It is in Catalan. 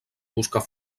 buscar